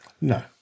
No